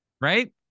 right